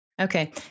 Okay